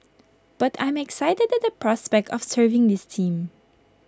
but I'm excited at the prospect of serving this team